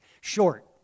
short